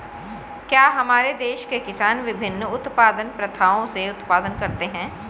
क्या हमारे देश के किसान विभिन्न उत्पादन प्रथाओ से उत्पादन करते हैं?